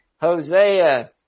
Hosea